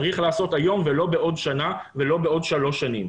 צריך לעשות היום ולא בעוד שנה ולא בעוד שלוש שנים.